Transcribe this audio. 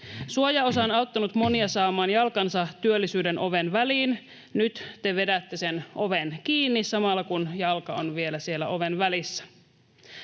Suojaosa on auttanut monia saamaan jalkansa työllisyyden oven väliin. Nyt te vedätte sen oven kiinni samalla, kun jalka on vielä siellä oven välissä.